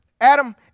Adam